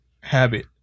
habit